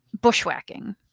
bushwhacking